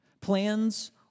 Plans